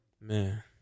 Man